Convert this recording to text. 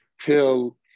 Till